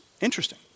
Interesting